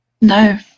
No